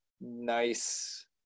nice